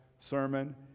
sermon